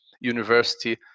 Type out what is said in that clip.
university